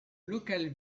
local